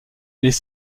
les